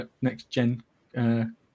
next-gen